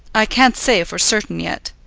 i can't say for certain yet.